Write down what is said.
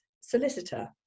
solicitor